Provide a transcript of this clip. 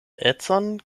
edzon